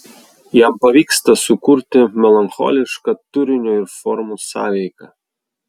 jam pavyksta sukurti melancholišką turinio ir formų sąveiką